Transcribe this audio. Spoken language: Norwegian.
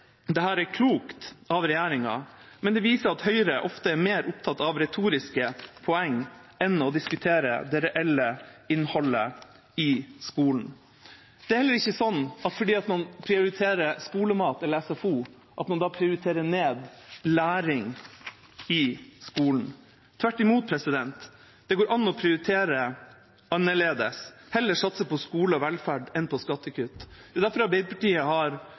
er klokt av regjeringa, men det viser at Høyre ofte er mer opptatt av retoriske poeng enn av å diskutere det reelle innholdet i skolen. Det er heller ikke slik at man ved å prioritere skolemat eller SFO prioriterer ned læring i skolen. Tvert imot, det går an å prioritere annerledes og heller satse på skole og velferd enn på skattekutt. Det er derfor Arbeiderpartiet har